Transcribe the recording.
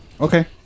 Okay